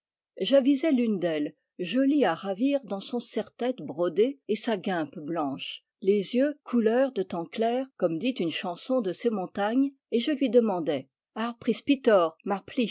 j'avisai l'une d'elles jolie à ravir dans son serre tète brodé et sa guimpe blanche les yeux couleur de temps clair comme dit une chanson de ces montagnes et jé lui demandai a